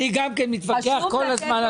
אני גם כן מתווכח כל הזמן על זה.